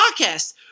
Podcast